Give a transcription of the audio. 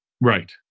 Right